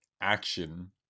action